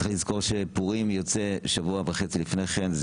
צריך לזכור שפורים יוצא שבוע וחצי לפני כן,